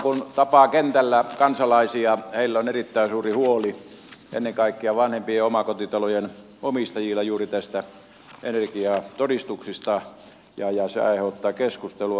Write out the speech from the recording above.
kun tapaa kentällä kansalaisia heillä on erittäin suuri huoli ennen kaikkea vanhempien omakotitalojen omistajilla juuri näistä energiatodistuksista ja se aiheuttaa keskustelua